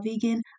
vegan